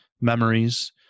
memories